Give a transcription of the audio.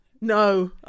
No